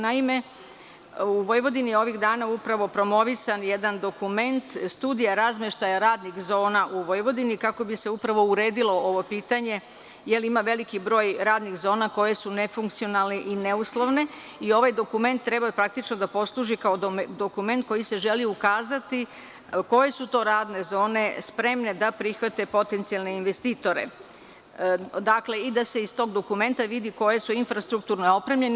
Naime, u Vojvodini ovih dana je upravo promovisan jedan dokument, Studija razmeštaja radnih zona u Vojvodini, kako bi se upravo uredilo ovo pitanje jer ima veliki broj radnih zona koje su nefunkcionalne i neuslovne i ovaj dokument treba praktično da posluži kao dokument kojim se želi ukazati koje su to radne zone spremne da prihvate potencijalne investitore i da se iz tog dokumenta vidi koje su infrastrukture opremljene.